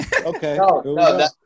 Okay